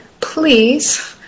Please